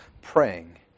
praying